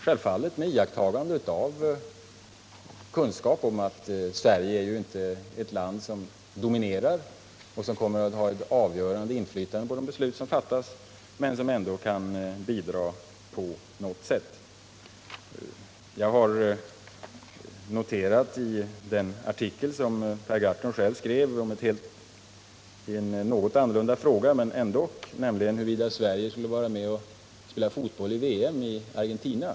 Självfallet måste detta ske i medvetande om att Sverige inte är ett land som dominerar eller som kommer att ha ett avgörande inflytande på de beslut som fattas, men vi har ändå möjlighet till påverkan på något sätt. I det här sammanhanget har jag noterat vad herr Gahrton skrivit i en artikel som visserligen gäller en något annorlunda fråga, men som ändå är relevant. Artikeln tar upp frågan om huruvida Sverige skall vara med och spela fotboll i VM i Argentina.